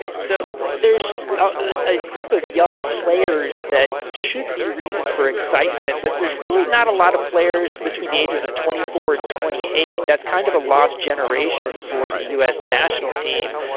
so there's a group of young players that should be reason for excitement but there's really not a lot of players between the ages of twenty four and twenty eight. that's kind of a lost generation for a u s. national team.